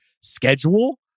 schedule